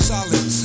Solid